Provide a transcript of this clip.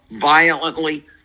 violently